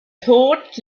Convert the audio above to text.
tod